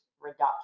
reduction